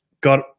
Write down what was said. got